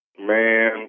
man